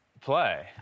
play